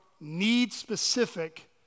need-specific